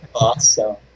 Awesome